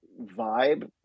vibe